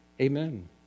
Amen